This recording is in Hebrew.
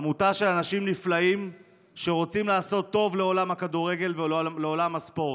עמותה של אנשים נפלאים שרוצים לעשות טוב לעולם הכדורגל ולעולם הספורט.